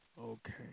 Okay